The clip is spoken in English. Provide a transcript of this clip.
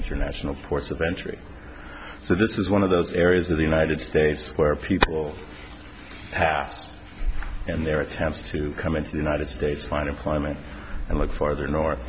international ports of entry so this is one of those areas of the united states where people tasks in their attempts to come into the united states find employment and look farther north